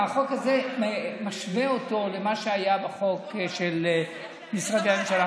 החוק הזה משווה למה שהיה בחוק של משרדי הממשלה.